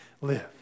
live